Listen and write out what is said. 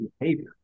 behavior